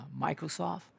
Microsoft